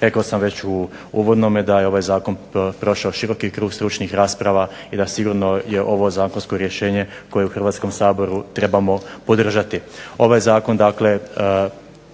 Rekao sam već u uvodnome da je ovaj zakon prošao široki krug rasprava i da je sigurno je ovo zakonsko rješenje koje u Hrvatskom saboru trebamo podržati. Ovaj zakon dakle